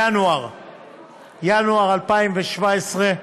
בינואר 2017,